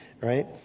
Right